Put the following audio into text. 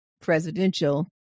presidential